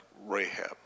Rahab